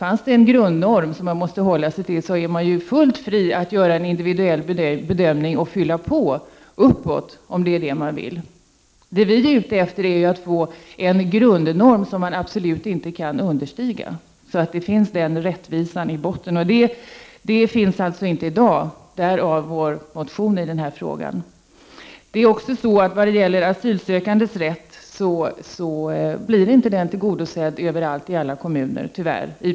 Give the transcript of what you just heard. Finns det en grundnorm som man måste hålla sig till så är man fullt fri att göra en individuell bedömning och fylla på uppåt — om det är det man vill. Det vi är ute efter är att få en grundnorm som man absolut inte kan understiga, så att denna rättvisa finns i botten. Något sådant finns inte i dag — därav vår motion. Inte heller asylsökandes rätt blir tyvärr i praktiken tillgodosedd i alla kommuner.